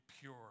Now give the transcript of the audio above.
pure